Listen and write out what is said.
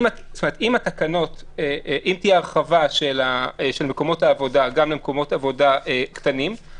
אם תהיה הרחבה של מקומות העבודה גם למקומות עבודה קטנים,